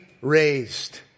raised